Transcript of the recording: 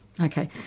Okay